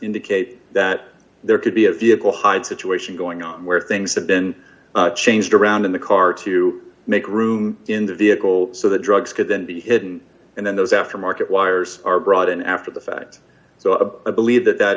indicate that there could be a vehicle hide situation going on where things have been changed around in the car to make room in the vehicle so the drugs could then be hidden and then those aftermarket wires are brought in after the fact so a believe that that